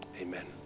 Amen